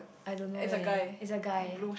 I don't know eh it's a guy